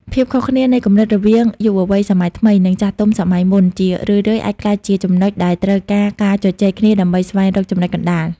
ភាពខុសគ្នានៃគំនិតរវាងយុវវ័យសម័យថ្មី និងចាស់ទុំសម័យមុន ជារឿយៗអាចក្លាយជាចំណុចដែលត្រូវការការជជែកគ្នាដើម្បីស្វែងរកចំណុចកណ្ដាល។